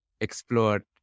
explored